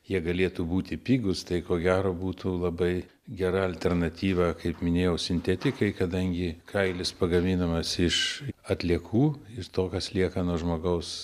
jie galėtų būti pigūs tai ko gero būtų labai gera alternatyva kaip minėjau sintetikai kadangi kailis pagaminamas iš atliekų iš to kas lieka nuo žmogaus